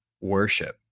worship